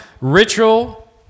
ritual